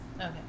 Okay